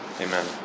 Amen